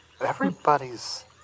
Everybody's